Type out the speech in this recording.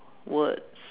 words